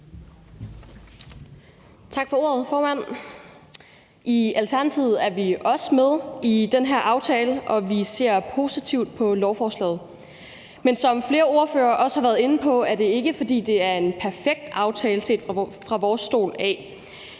Tak for ordet, formand. I Alternativet er vi også med i den her aftale, og vi ser positivt på lovforslaget. Men som flere ordførere også har været inde på, er det ikke, fordi det er en perfekt aftale set fra vores stol.